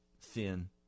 thin